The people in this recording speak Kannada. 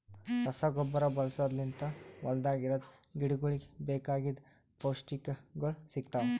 ರಸಗೊಬ್ಬರ ಬಳಸದ್ ಲಿಂತ್ ಹೊಲ್ದಾಗ ಇರದ್ ಗಿಡಗೋಳಿಗ್ ಬೇಕಾಗಿದ್ ಪೌಷ್ಟಿಕಗೊಳ್ ಸಿಗ್ತಾವ್